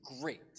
great